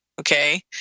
Okay